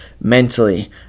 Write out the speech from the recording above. mentally